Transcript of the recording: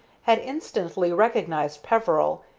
had instantly recognized peveril,